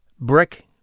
brick